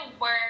work